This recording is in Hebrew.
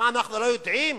אנחנו לא יודעים?